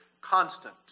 constant